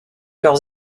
leurs